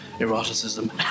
eroticism